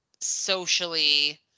socially